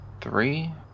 Three